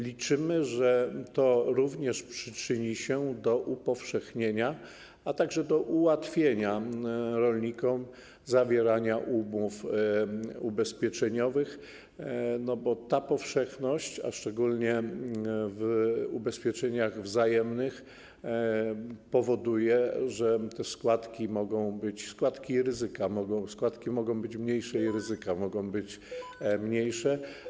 Liczymy, że to również przyczyni się do upowszechnienia, a także do ułatwienia rolnikom zawierania umów ubezpieczeniowych, bo ta powszechność, szczególnie w ubezpieczeniach wzajemnych, powoduje, że te składki, składki i ryzyka, składki mogą być mniejsze i ryzyka mogą być mniejsze.